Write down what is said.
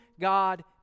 God